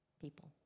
people